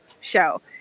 show